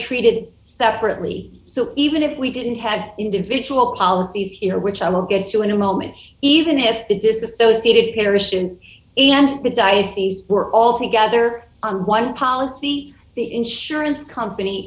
treated separately so even if we didn't have individual policies here which i will get to in a moment even if the disassociated parishes and the diocese were all together on one policy the insurance company